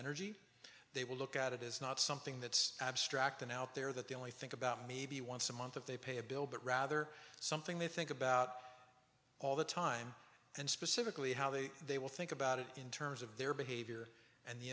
energy they will look at it is not something that's abstract and out there that they only think about maybe once a month if they pay a bill but rather something they think about all the time and specifically how they they will think about it in terms of their behavior and the